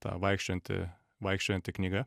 ta vaikščiojanti vaikščiojanti knyga